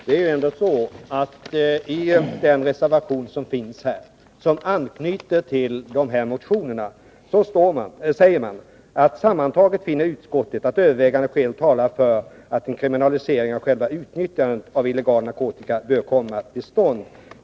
Herr talman! I den reservation som anknyter till dessa motioner sägs följande: ”Sammantaget finner utskottet att övervägande skäl talar för att en kriminalisering av själva nyttjandet av illegal narkotika bör komma till stånd.